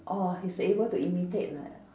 orh he's able to imitate like